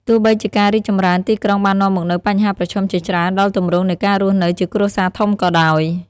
ទោះបីជាការរីកចម្រើនទីក្រុងបាននាំមកនូវបញ្ហាប្រឈមជាច្រើនដល់ទម្រង់នៃការរស់នៅជាគ្រួសារធំក៏ដោយ។